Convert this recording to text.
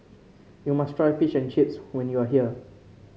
you must try Fish and Chips when you are here